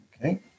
okay